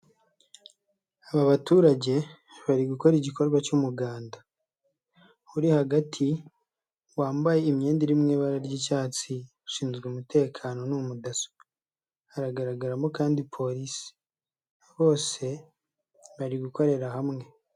Aba baturage bari gukora igikorwa cy'umuganda. Uri hagati wambaye imyenda iri mu ibara ry'icyatsi, ashinzwe umutekano ni umudasso, hagaragaramo kandi polisi. Bose bari gukorera hamwe.